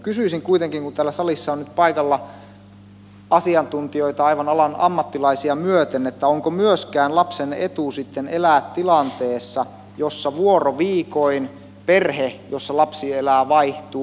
kysyisin kuitenkin kun täällä salissa on nyt paikalla asiantuntijoita aivan alan ammattilaisia myöten onko myöskään lapsen etu sitten elää tilanteessa jossa vuoroviikoin perhe jossa lapsi elää vaihtuu